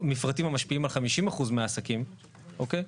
מפרטים המשפיעים על 50% מהעסקים, אוקיי?